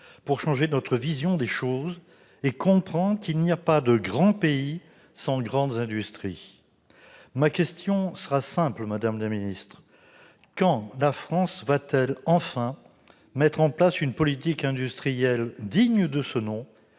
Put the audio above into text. pour changer notre vision des choses afin de comprendre qu'il n'y a pas de grand pays sans grandes industries ? Ma question sera simple, madame la secrétaire d'État : quand la France va-t-elle enfin mettre en place une politique industrielle digne de ce nom